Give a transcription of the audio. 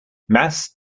mass